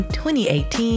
2018